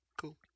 cool